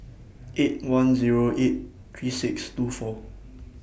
eight one Zero eight three six two four